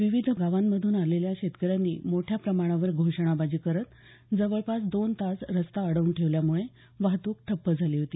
विविध गावांमधून आलेल्या शेतकऱ्यांनी मोठ्या प्रमाणावर घोषणाबाजी करत जवळपास दोन तास रस्ता अडवून ठेवल्यामुळे वाहतूक ठप्प झाली होती